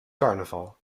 carnaval